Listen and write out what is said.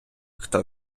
хто